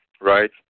Right